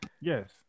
Yes